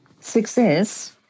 Success